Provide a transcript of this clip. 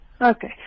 Okay